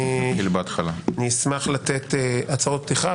נשמח לתת הצהרות פתיחה,